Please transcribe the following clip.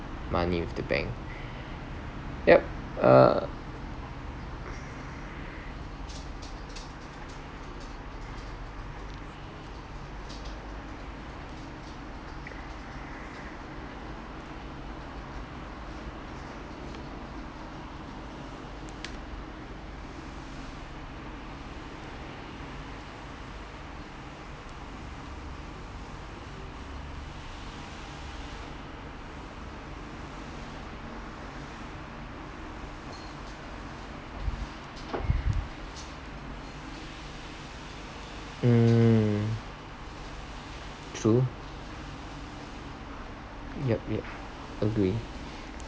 money with the bank yup uh mm true yup yup agree